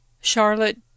Charlotte